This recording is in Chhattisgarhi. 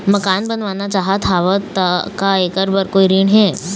मकान बनवाना चाहत हाव, का ऐकर बर कोई ऋण हे?